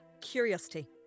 curiosity